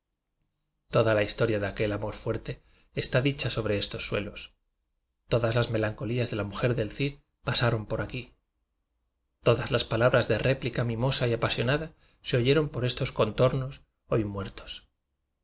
toda la historia de aquel amor fuerte está dicha sobre estos suelos todas las melancolías de la mujer del cid pasaron por a q u í todas las p alabras de réplica mimosa y apasionada se oyeron por estos contornos hoy muertos